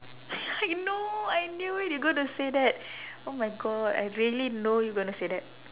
I know I knew it you gonna say that oh my god I really know you gonna say that